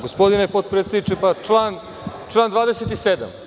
Gospodine potpredsedniče, član 27.